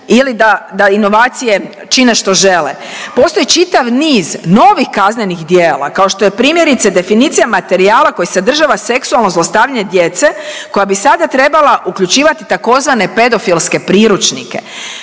da, da inovacije čine što žele. Postoji čitav niz novih kaznenih djela kao što je primjerice definicija materijala koji sadržava seksualno zlostavljanje djece koja bi sada trebala uključivati tzv. pedofilske priručnike.